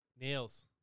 nails